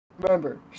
Remember